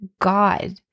God